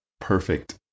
perfect